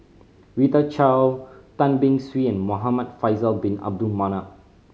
Rita Chao Tan Beng Swee and Muhamad Faisal Bin Abdul Manap